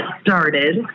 started